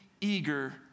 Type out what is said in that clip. eager